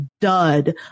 dud